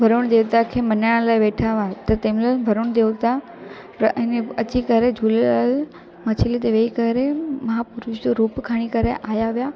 वरुण देवता खे मल्हाइण लाइ वेठा हुआ त तंहिं महिल वरुण देवता अने अची करे झूलेलाल मछलीअ ते वेही करे महापुरुष जो रूप खणी करे आया हुआ